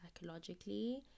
psychologically